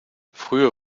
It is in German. früher